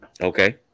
Okay